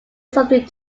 something